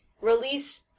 release